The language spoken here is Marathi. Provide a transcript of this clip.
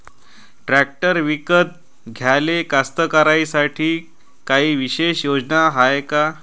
ट्रॅक्टर विकत घ्याले कास्तकाराइसाठी कायी विशेष योजना हाय का?